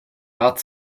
rat